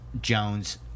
Jones